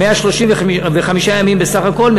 135 ימים בסך הכול,